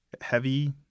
heavy